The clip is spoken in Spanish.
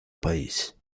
país